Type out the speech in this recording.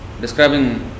describing